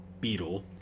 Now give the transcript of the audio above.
Beetle